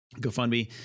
GoFundMe